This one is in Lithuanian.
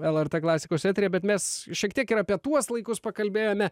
lrt klasikos eteryje bet mes šiek tiek ir apie tuos laikus pakalbėjome